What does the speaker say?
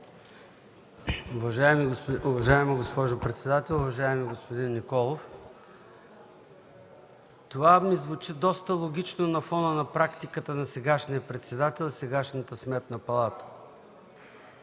Уважаема госпожо председател, уважаеми господин Николов! Това ми звучи доста логично на фона на практиката на сегашния председател и сегашната Сметна палата.